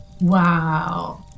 Wow